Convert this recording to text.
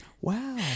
Wow